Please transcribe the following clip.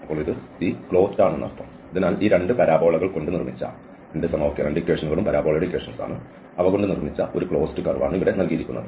അതിനാൽ ഈ 2 പാരബോളകൾ കൊണ്ട് നിർമ്മിച്ച ഒരു ക്ലോസ്ഡ് കർവ് ഇവിടെ നൽകിയിരിക്കുന്നു